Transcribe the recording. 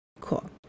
Cool